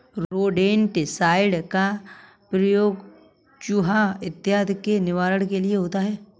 rodenticide का प्रयोग चुहा इत्यादि के निवारण के लिए होता है